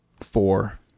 four